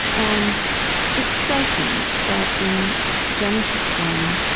and it's striking that in genesis one